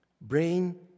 brain